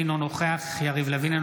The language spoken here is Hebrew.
אינו נוכח יריב לוין,